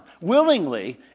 willingly